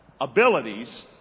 abilities